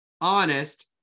honest